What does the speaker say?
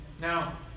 now